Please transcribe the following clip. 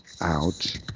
Ouch